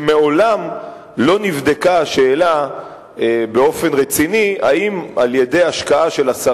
שמעולם לא נבדקה באופן רציני השאלה האם על-ידי השקעה של 10